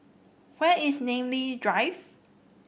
where is Namly Drive